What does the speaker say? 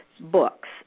books